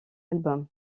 album